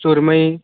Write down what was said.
सुरमई